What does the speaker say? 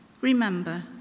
remember